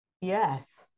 Yes